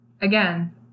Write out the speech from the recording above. Again